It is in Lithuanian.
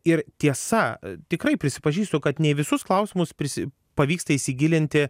ir tiesa tikrai prisipažįstu kad ne į visus klausimus prisi pavyksta įsigilinti